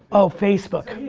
oh facebook. yeah,